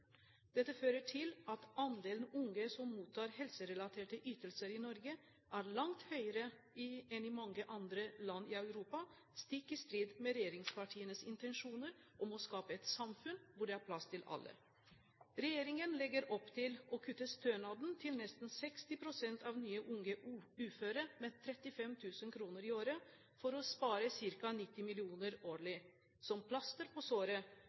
Dette fører til at andelen unge som mottar helserelaterte ytelser, er langt større i Norge enn i mange andre land i Europa – stikk i strid med regjeringspartienes intensjoner om å skape et samfunn hvor det er plass til alle. Regjeringen legger opp til å kutte i stønaden til nesten 60 pst. av nye, unge uføre med 35 000 kr i året for å spare ca. 90 mill. kr årlig. Som plaster på såret